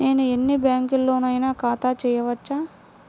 నేను ఎన్ని బ్యాంకులలోనైనా ఖాతా చేయవచ్చా?